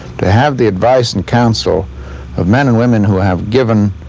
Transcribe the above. to have the advice and counsel of men and women who have given